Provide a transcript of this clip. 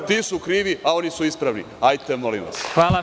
Ti su krivi, a oni su ispravni, hajte molim vas.